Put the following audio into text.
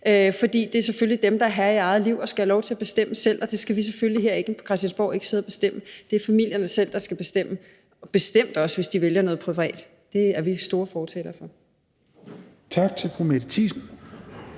for det er selvfølgelig dem, der er herre i eget liv, og de skal have lov til at bestemme selv, og det skal vi her på Christiansborg selvfølgelig ikke sidde og bestemme. Det er familierne selv, der skal bestemme – bestemt også, hvis de vælger noget privat. Det er vi store fortalere for. Kl. 21:35 Tredje